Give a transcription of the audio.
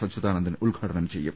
അച്യുതാനന്ദൻ ഉദ്ഘാടനം ചെയ്യും